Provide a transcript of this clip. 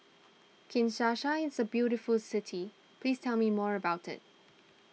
Kinshasa is a very beautiful city please tell me more about it